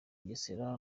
bugesera